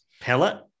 pellet